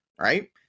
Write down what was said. right